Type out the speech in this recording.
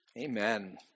Amen